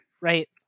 right